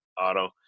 Auto